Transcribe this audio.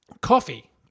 coffee